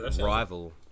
rival